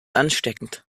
ansteckend